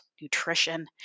nutrition